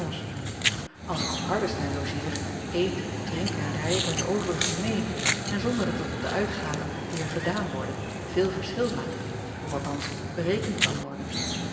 ls ik op ardestein logeer eet drink en rij ik met de overigen meê en zonder dat het op de uitgaven die er gedaan worden veel verschil maakt of althans berekend kan worden